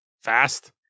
fast